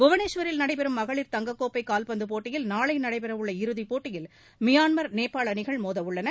புவனேஷ்வரில் நடைபெறும் மகளிர் தங்கக் கோப்பை கால்பந்துப் போட்டியில் நாளை நடைபெறவுள்ள இறுதிப் போட்டியில் மியான்மர் நேபாள் அணிகள் மோதவுள்ளன